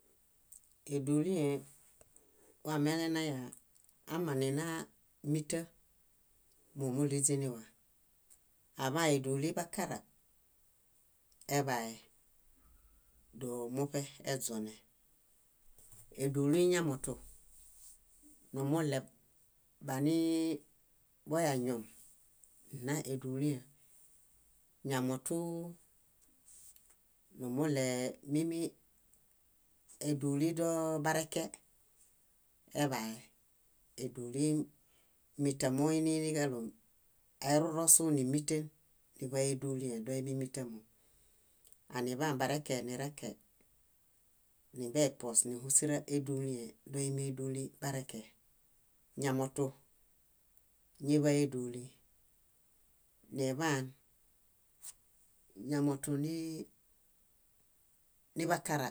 . Édulĩe wamelenaya amanina míta, mómuɭiźiniwa, aḃaa édulĩḃakara eḃae, domuṗe eźone, édulĩ ñamotu, numuɭe banii boyañom nna édulĩem, ñamotuu, numuɭe mími éduli doo bareke eḃae, édulĩ míta moininiġaɭo airurosu nímiten niḃay édulĩe dóinimitamo. Aniḃaan bareke nireke, nimbeipuõs níhusera édulĩe doimi édulĩ bareke. Ñamotu ñiḃay édulĩ. Niḃaan ñamotu nii- niḃakara,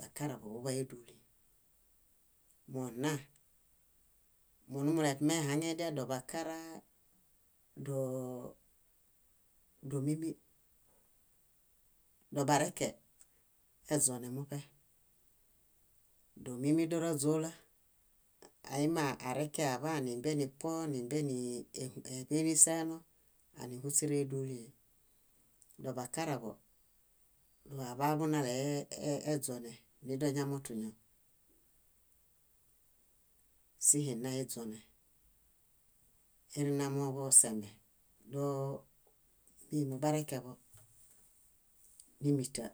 bakara boḃuḃay édulĩ. Monna, monumulemehaŋ ediado bakara, doo- dómimi dobareke eźonemuṗe, dómimidoraźoola aimiareke aḃaan nimbenipuõs, nímbeniḃe niseeno, ánihuseraedulĩe. Doḃakaraḃo, doaḃaḃu naleeźonen nidoñamotuño. Síihe nna iźone, irinamooġo sembe doo ṗínu barekeḃo nímita.